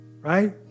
Right